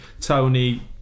Tony